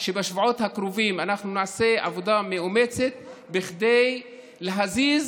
בשבועות הקרובים נעשה עבודה מאומצת כדי להזיז